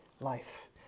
life